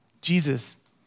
Jesus